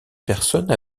personne